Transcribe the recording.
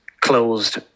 closed